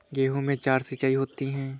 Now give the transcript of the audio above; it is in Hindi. गेहूं में चार सिचाई होती हैं